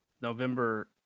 November